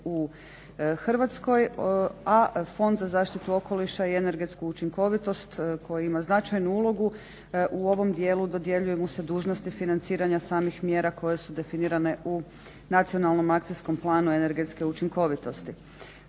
u Hrvatskoj, a Fond za zaštitu okoliša i energetsku učinkovitost koji ima značajnu ulogu u ovom dijelu dodjeljuje mu se dužnost financiranja samih mjera koje su definirane u Nacionalnom akcijskom planu energetske učinkovitosti.